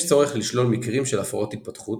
יש צורך לשלול מקרים של הפרעות התפתחות,